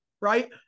Right